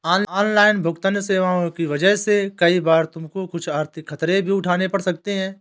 online भुगतन्न सेवाओं की वजह से कई बार तुमको कुछ आर्थिक खतरे भी उठाने पड़ सकते हैं